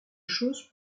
chose